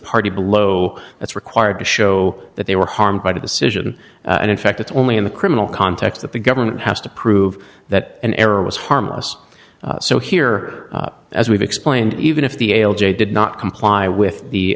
party below that's required to show that they were harmed by the decision and in fact it's only in the criminal context that the government has to prove that an error was harmless so here as we've explained even if the ale j did not comply with the